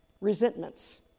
resentments